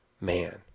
man